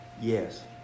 Yes